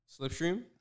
Slipstream